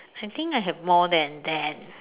I think I have more than that